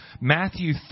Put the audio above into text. Matthew